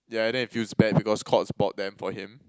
yeah and then it feels bad because Courts bought them for him